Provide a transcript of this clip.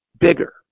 bigger